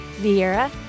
Vieira